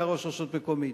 שהיה ראש רשות מקומית,